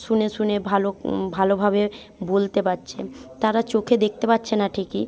শুনে শুনে ভালো ভালোভাবে বলতে পারছে তারা চোখে দেখতে পাচ্ছে না ঠিকই